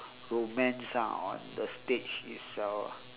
romance ah on the stage itself ah